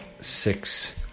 six